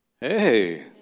Hey